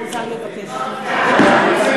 נגמר.